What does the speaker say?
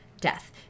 death